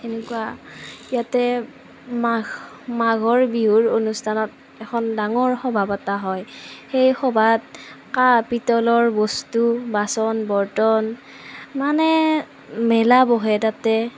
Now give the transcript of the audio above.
তেনেকুৱা ইয়াতে মাঘ মাঘৰ বিহুৰ অনুষ্ঠানত এখন ডাঙৰ সভা পতা হয় সেই সভাত কাঁহ পিতলৰ বস্তু বাচন বৰ্তন মানে মেলা বহে তাতে